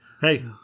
hey